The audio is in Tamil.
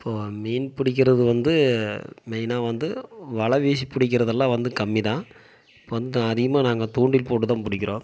இப்போது மீன் பிடிக்கிறது வந்து மெயினாக வந்து வலை வீசி பிடிக்கிறதெல்லாம் வந்து கம்மி தான் இப்போ வந்து அதிகமாக நாங்கள் தூண்டில் போட்டு தான் பிடிக்கிறோம்